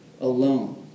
alone